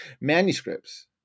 manuscripts